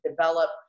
develop